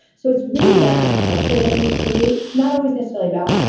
so it's really about the culture that you create. it's not always necessarily about.